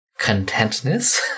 contentness